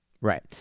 Right